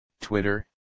twitter